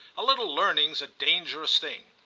a little learning's a dangerous thing,